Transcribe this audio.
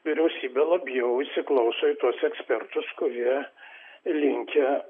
vyriausybė labiau įsiklauso į tuos ekspertus kurie linkę